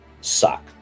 suck